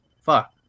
fuck